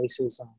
racism